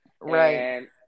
Right